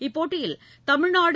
இப்போட்டியில் தமிழ்நாடு